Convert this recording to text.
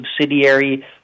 subsidiary